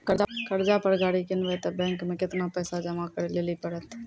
कर्जा पर गाड़ी किनबै तऽ बैंक मे केतना पैसा जमा करे लेली पड़त?